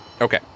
Okay